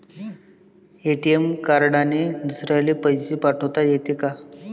ATM कार्डने दुसऱ्याले पैसे पाठोता येते का?